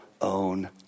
own